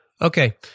Okay